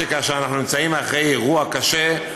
שכאשר אנחנו נמצאים אחרי אירוע קשה,